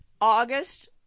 August